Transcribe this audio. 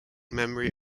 memory